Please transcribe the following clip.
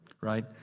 right